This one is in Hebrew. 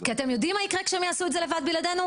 כי אתם יודעים מה יקרה כשהם יעשו את זה לבד בלעדינו?